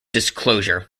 disclosure